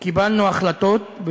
קיבלנו החלטות,